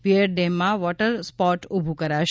wear ડેમમાં water sport ઊભું કરાશે